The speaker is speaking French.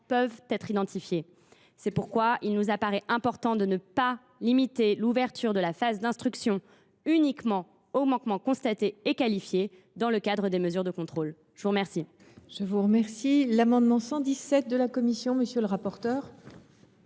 peuvent être identifiés. C’est pourquoi il paraît important de ne pas limiter l’ouverture de la phase d’instruction uniquement aux manquements constatés et qualifiés, dans le cadre des mesures de contrôle. L’amendement